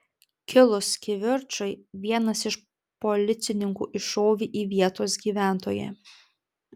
kilus kivirčui vienas iš policininkų iššovė į vietos gyventoją